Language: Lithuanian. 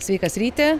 sveikas ryti